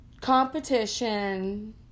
competition